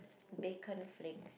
bacon flake